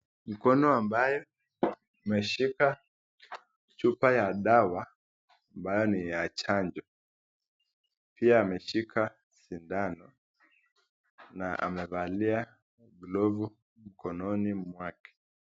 Mkono ambayo umeshika chupa ya dawa ambayo ni ya chanjo pia ameshika sindano na amevalia glovu mkononi mwake.